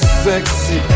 sexy